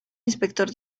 inspector